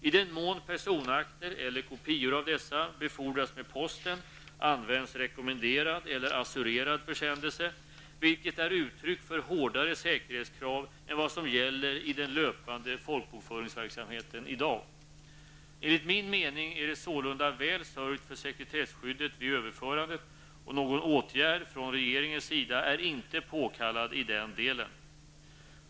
I den mån personakter eller kopior av dessa befordras med posten används rekommenderad eller assurerad försändelse, vilket är uttryck för hårdare säkerhetskrav än vad som gäller i den löpande folkbokföringsverksamheten i dag. Enligt min mening är det sålunda väl sörjt för sekretesskyddet vid överförandet och någon åtgärd från regeringens sida är inte påkallad i den delen.